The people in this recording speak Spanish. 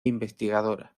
investigadora